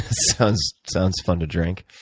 sounds sounds fun to drink.